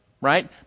right